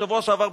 בשבוע שעבר,